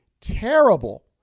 terrible